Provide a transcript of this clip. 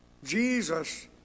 Jesus